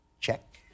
Check